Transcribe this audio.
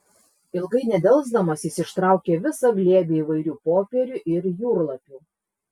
ilgai nedelsdamas jis ištraukė visą glėbį įvairių popierių ir jūrlapių